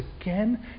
again